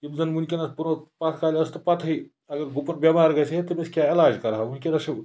یِم زَن وٕنکٮ۪نَس پَتہٕ ہٕے اگر گُپُن بٮ۪مار گژھِ ہے تٔمِس کیٛاہ علاج کَرٕہَو وٕنکٮ۪نَس چھُ